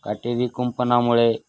काटेरी कुंपणामुळे